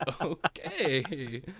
okay